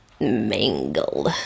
mangled